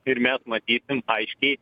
ir mes matysim aiškiai